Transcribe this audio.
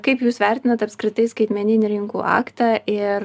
kaip jūs vertinat apskritai skaitmeninių rinkų aktą ir